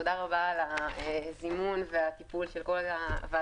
תודה רבה על הזימון והטיפול של הוועדה